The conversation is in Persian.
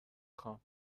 خوام